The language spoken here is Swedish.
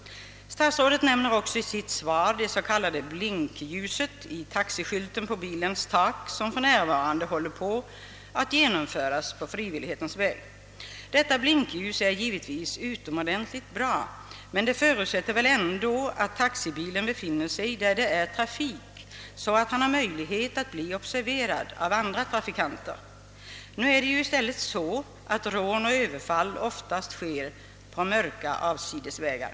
Statsrådet nämner också i sitt svar det s.k. blinkljusetitaxiskylten på bilens tak, en anordning som för närvarande håller på att genomföras på frivillighetens väg. Detta blinkljus är givetvis utomordentligt bra men förutsätter att taxibilen befinner sig på ställen där det är trafik, så att föraren har möjligheter att bli observerad av andra trafikanter. Men nu är det ju så, att rån och överfall oftast sker på mörka och avsides belägna vägar.